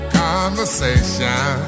conversation